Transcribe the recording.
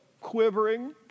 quivering